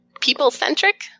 people-centric